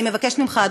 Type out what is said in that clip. אני מבקשת ממך,